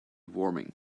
warming